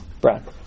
Brad